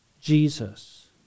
Jesus